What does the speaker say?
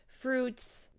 fruits